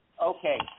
Okay